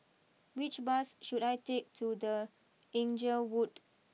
which bus should I take to the Inglewood